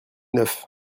neuf